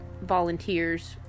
volunteers